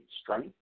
strength